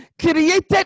created